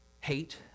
hate